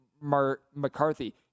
McCarthy